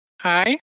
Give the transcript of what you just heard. Hi